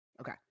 Okay